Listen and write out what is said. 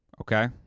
Okay